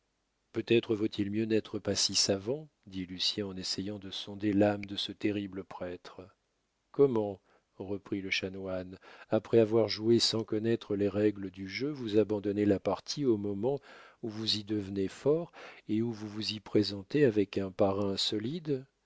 peut-être vaut-il mieux ne pas être si savant dit lucien en essayant de sonder l'âme de ce terrible prêtre comment reprit le chanoine après avoir joué sans connaître les règles du jeu vous abandonnez la partie au moment où vous y devenez fort où vous vous y présentez avec un parrain solide